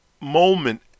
moment